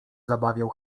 zabawiał